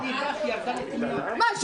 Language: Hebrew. מה,